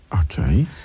Okay